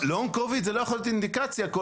לונג קוביד לא יכול להיות אינדיקציה כל